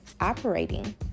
operating